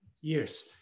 years